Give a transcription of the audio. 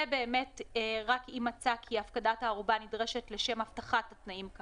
זה באמת רק אם מצא כי הפקדת הערובה נדרשת לשם הבטחת התנאים,